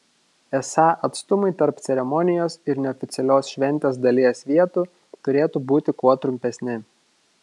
esą atstumai tarp ceremonijos ir neoficialios šventės dalies vietų turėtų būti kuo trumpesni